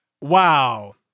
Wow